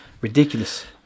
Ridiculous